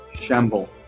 Shamble